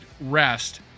rest